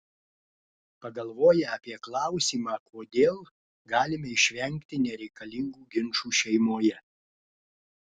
pagalvoję apie klausimą kodėl galime išvengti nereikalingų ginčų šeimoje